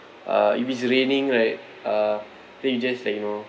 uh if it's raining right uh then you just like you know